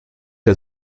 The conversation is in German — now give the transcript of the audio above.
der